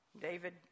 David